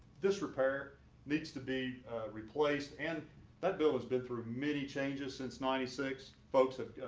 disrepair needs to be replaced. and that bill has been through many changes since ninety six. folks, ah